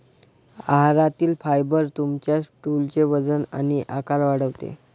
आहारातील फायबर तुमच्या स्टूलचे वजन आणि आकार वाढवते